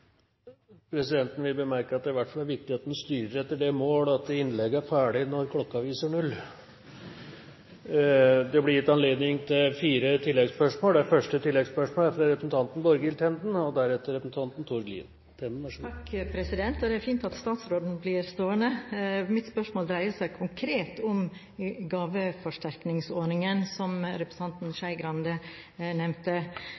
Presidenten vil bemerke at det i hvert fall er viktig at en styrer etter det mål at innlegget er ferdig når klokken viser null. Det blir gitt anledning til fire oppfølgingsspørsmål – først Borghild Tenden. Det er fint at statsråden blir stående. Mitt spørsmål dreier seg konkret om gaveforsterkningsordningen som representanten